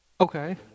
Okay